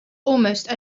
almost